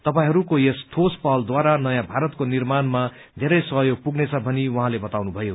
तपाईहरूको यस ठोस पहलद्वारा नयाँ भारतको निर्माणमा धेरै सहयोग पुग्नेछ भनी उहाँले बताउनुभयो